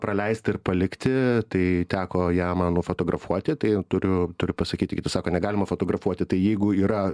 praleist ir palikti tai teko ją man nufotografuoti tai turiu turiu pasakyti sako negalima fotografuoti tai jeigu yra